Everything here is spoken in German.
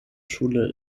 schule